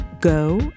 Go